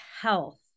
health